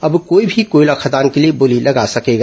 अब कोई भी कोयला खदान के लिए बोली लगा सकेगा